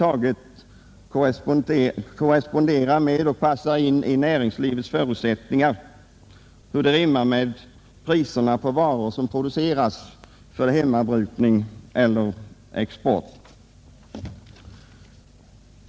taget korresponderar med och passar in i näringslivets förutsättningar, hur det rimmar med priserna på varor som produceras för hemmaförbrukning eller export.